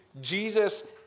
Jesus